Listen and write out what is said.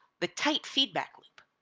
the tight feedback loop.